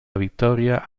victoria